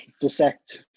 dissect